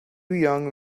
young